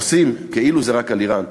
עושים כאילו זה רק על איראן,